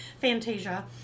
Fantasia